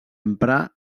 emprar